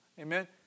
Amen